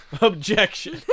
Objection